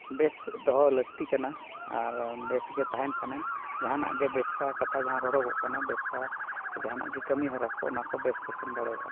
ᱵᱮᱥ ᱫᱚᱦᱚ ᱞᱟᱹᱠᱛᱤ ᱠᱟᱱᱟ ᱟᱨ ᱵᱮᱥᱜᱮ ᱛᱟᱦᱮᱱ ᱠᱷᱟᱱᱮᱢ ᱡᱟᱦᱟᱱᱟᱜ ᱜᱮ ᱵᱮᱵᱽᱥᱟ ᱠᱟᱛᱷᱟ ᱨᱚᱲᱚᱜᱚᱜ ᱠᱟᱱᱟ ᱵᱮᱵᱽᱥᱟ ᱡᱟᱦᱟᱱᱟᱜ ᱜᱮ ᱠᱟᱹᱢᱤᱦᱚᱨᱟ ᱠᱚ ᱚᱱᱟᱠᱚ ᱵᱮᱥᱼᱵᱮᱥ ᱮᱢ ᱫᱟᱲᱮᱭᱟᱜᱼᱟ